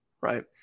Right